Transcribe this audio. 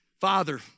Father